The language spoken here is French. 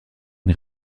une